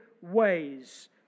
ways